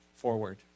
forward